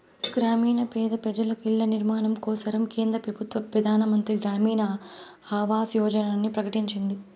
గ్రామీణ పేద పెజలకు ఇల్ల నిర్మాణం కోసరం కేంద్ర పెబుత్వ పెదానమంత్రి గ్రామీణ ఆవాస్ యోజనని ప్రకటించింది